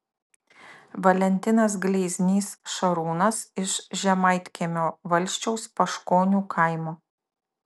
valentinas gleiznys šarūnas iš žemaitkiemio valsčiaus paškonių kaimo